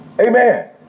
Amen